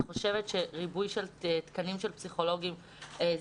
את חושבת שריבוי של תקנים של פסיכולוגים זה